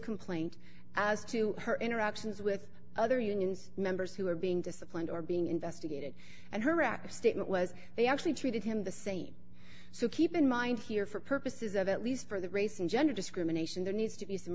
complaint as to her interactions with other unions members who were being disciplined or being investigated and harassed statement was they actually treated him the same so keep in mind here for purposes that at least for the race and gender discrimination there needs to be some